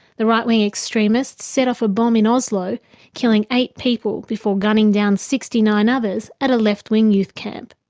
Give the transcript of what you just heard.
the right-wing extremist set off a bomb in oslo killing eight people, before gunning down sixty nine others at a left-wing youth camp.